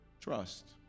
trust